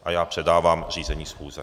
A já předávám řízení schůze.